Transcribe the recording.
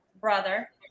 brother